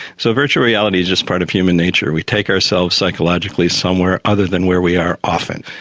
so virtual reality is just part of human nature. we take ourselves psychologically somewhere other than where we are often.